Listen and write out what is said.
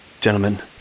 gentlemen